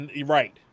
right